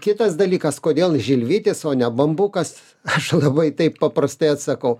kitas dalykas kodėl žilvitis o ne bambukas aš labai taip paprastai atsakau